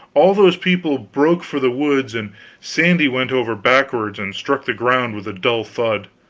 all those people broke for the woods, and sandy went over backwards and struck the ground with a dull thud.